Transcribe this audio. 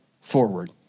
forward